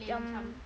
macam